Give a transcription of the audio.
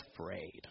afraid